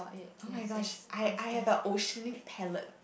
oh-my-gosh I I have a oceanic palette